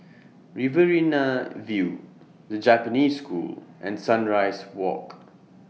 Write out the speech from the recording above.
Riverina View The Japanese School and Sunrise Walk